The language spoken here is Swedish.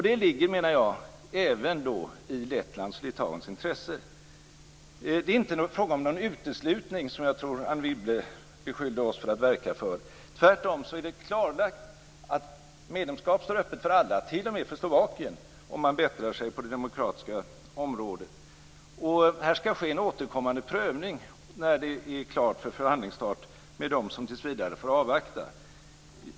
Det ligger, menar jag, även i Lettlands och Litauens intresse. Det är inte fråga om någon uteslutning, som jag tror att Anne Wibble beskyllde oss för att verka för. Tvärtom är det klarlagt att medlemskap står öppet för alla, t.o.m. för Slovakien om landet bättrar sig på det demokratiska området. Här skall ske en återkommande prövning när det är klart för förhandlingsstart med dem som tills vidare får avvakta.